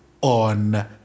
on